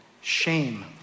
Shame